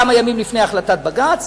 כמה ימים לפני החלטת בג"ץ,